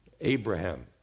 Abraham